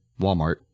Walmart